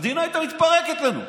המדינה הייתה מתפרקת לנו.